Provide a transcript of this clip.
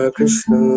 Krishna